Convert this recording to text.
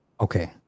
Okay